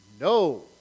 No